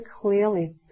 clearly